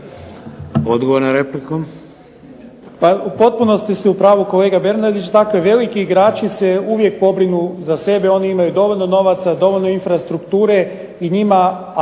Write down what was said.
Odgovor na repliku.